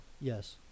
yes